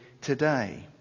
today